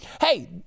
Hey